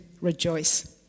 rejoice